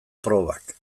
probak